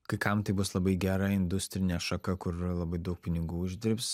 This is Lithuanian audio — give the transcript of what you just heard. kai kam tai bus labai gera industrinė šaka kur labai daug pinigų uždirbs